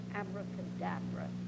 abracadabra